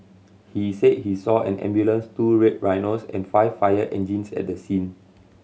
he said he saw an ambulance two Red Rhinos and five fire engines at the scene